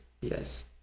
Yes